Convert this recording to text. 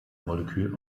molekül